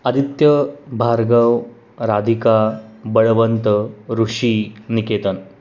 Aditya Bhargav Radhika Balwant Rishi Niketan